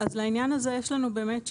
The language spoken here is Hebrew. אז לעניין הזה, יש לנו באמת שאלה.